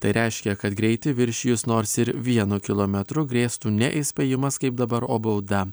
tai reiškia kad greitį viršijus nors ir vienu kilometru grėstų ne įspėjimas kaip dabar o bauda